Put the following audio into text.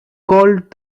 called